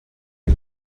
les